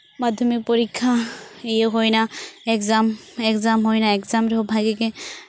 ᱢᱟᱫᱽᱫᱷᱚᱢᱤᱠ ᱯᱚᱨᱤᱠᱠᱷᱟ ᱤᱭᱟᱹ ᱦᱩᱭ ᱱᱟ ᱮᱠᱡᱟᱢ ᱮᱠᱡᱟᱢ ᱦᱩᱭ ᱱᱟ ᱮᱠᱡᱟᱢ ᱨᱮᱦᱚᱸ ᱵᱷᱟᱜᱮ ᱜᱮ